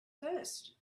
first